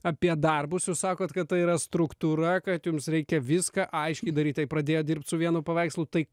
apie darbus jūs sakot kad tai yra struktūra kad jums reikia viską aiškiai daryt tai pradėjot dirbt su vienu paveikslu tai